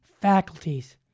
faculties